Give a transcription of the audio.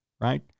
right